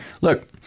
Look